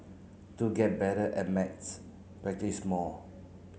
to get better at maths practise more